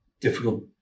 difficult